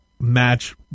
match